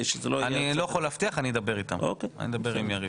אני לא יכול להבטיח, אני אדבר איתם ועם יריב.